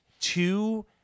two